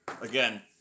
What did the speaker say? again